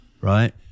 right